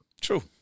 True